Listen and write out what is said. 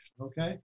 okay